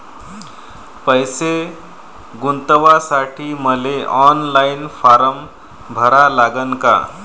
पैसे गुंतवासाठी मले ऑनलाईन फारम भरा लागन का?